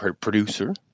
producer